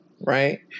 right